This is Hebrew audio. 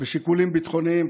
ושיקולים ביטחוניים,